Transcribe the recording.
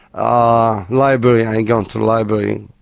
ah library, i go to the library.